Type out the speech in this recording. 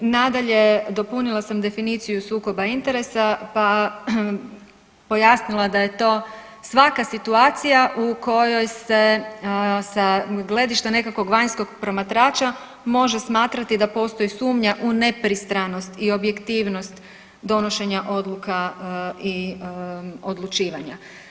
Nadalje, dopunila sam definiciju sukoba interesa pa pojasnila da je to svaka situacija u kojoj se sa gledišta nekakvog vanjskog promatrača može smatrati da postoji sumnja u nepristranost i objektivnost donošenja odluka i odlučivanja.